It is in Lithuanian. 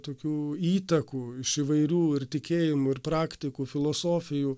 tokių įtakų iš įvairių ir tikėjimų ir praktikų filosofijų